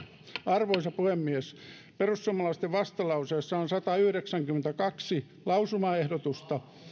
arvoisa puhemies perussuomalaisten vastalauseessa on satayhdeksänkymmentäkaksi lausumaehdotusta